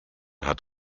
hat